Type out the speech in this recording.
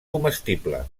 comestible